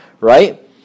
right